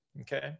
okay